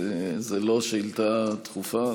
זו לא שאילתה דחופה.